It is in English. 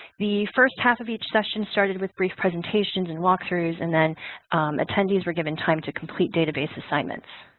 the first half of each session started with brief presentations and walkthroughs and then attendees were given time to complete database assignments.